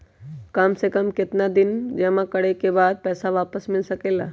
काम से कम केतना दिन जमा करें बे बाद पैसा वापस मिल सकेला?